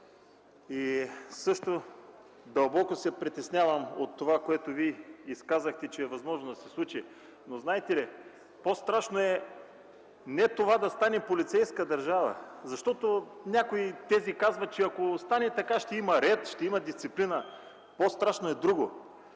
и също дълбоко се притеснявам от това, което Вие казахте, че е възможно да се случи. По-страшното е не това да станем полицейска държава, защото някои казват, че ако стане така – ще има ред, ще има дисциплина. По-страшното е друго